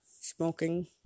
smoking